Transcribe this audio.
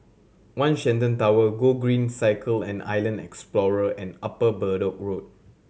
One Shenton Tower Gogreen Cycle and Island Explorer and Upper Bedok Road